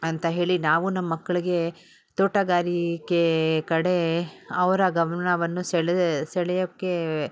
ಅಂತ ಹೇಳಿ ನಾವು ನಮ್ಮಮಕ್ಳಿಗೆ ತೋಟಗಾರಿಕೆ ಕಡೆ ಅವರ ಗಮನವನ್ನು ಸೆಳೆ ಸೆಳೆಯೋಕ್ಕೆ